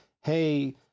hey